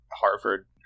Harvard